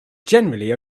generally